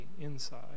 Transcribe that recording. inside